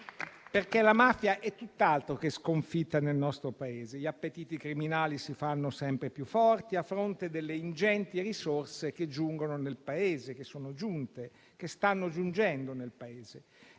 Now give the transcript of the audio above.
perché la mafia è tutt'altro che sconfitta nel nostro Paese. Gli appetiti criminali si fanno sempre più forti, a fronte delle ingenti risorse che giungono, che sono giunte e stanno giungendo nel Paese.